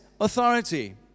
authority